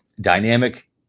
dynamic